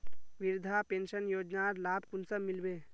वृद्धा पेंशन योजनार लाभ कुंसम मिलबे?